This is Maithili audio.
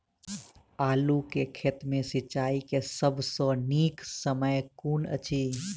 आलु केँ खेत मे सिंचाई केँ सबसँ नीक समय कुन अछि?